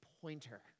pointer